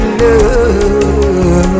love